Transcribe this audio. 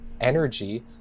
energy